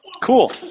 Cool